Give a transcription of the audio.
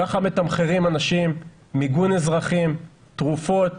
כך מתמחרים אנשים, מיגון אזרחים, תרופות